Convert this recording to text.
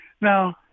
Now